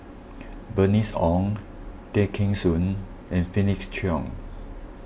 Bernice Ong Tay Kheng Soon and Felix Cheong